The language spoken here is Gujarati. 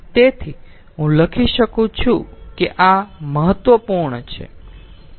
તેથી હું લખી શકું છું કે આ મહત્વપૂર્ણ છે